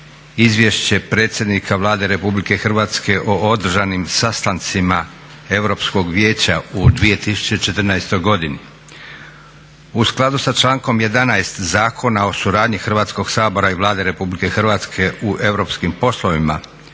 Izvješće predsjednika Vlade Republike Hrvatske o održanim sastancima Europskog vijeća u 2014. godini; U skladu sa člankom 11. Zakona o suradnji Hrvatskog sabora i Vlade RH u europskim poslovima